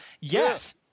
Yes